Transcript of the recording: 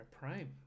Prime